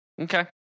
Okay